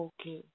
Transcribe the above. Okay